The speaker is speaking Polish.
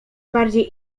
bardziej